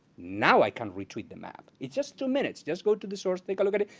now i can retweet the map. it's just two minutes, just go to the source take a look at it,